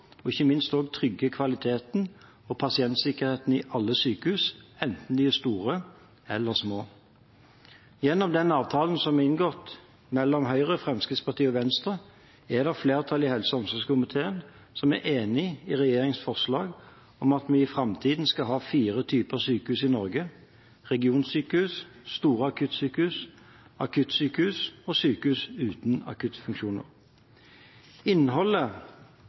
og ikke minst trygge kvaliteten og pasientsikkerheten i alle sykehus, enten de er store eller små. Gjennom den avtalen som er inngått mellom Høyre, Fremskrittspartiet og Venstre, er det et flertall i helse- og omsorgskomiteen som er enig i regjeringens forslag om at vi i framtiden skal ha fire typer sykehus i Norge: regionsykehus, store akuttsykehus, akuttsykehus og sykehus uten akuttfunksjoner. Innholdet